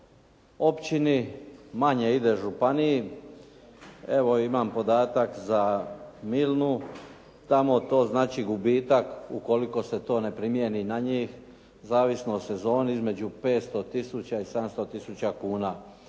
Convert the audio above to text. općini, manje ide županiji. Evo imam podatak za Milnu, tamo to znači gubitak ukoliko se to ne primijeni na njih, zavisno o sezoni između 500 tisuća i 700 tisuća kuna.